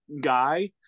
guy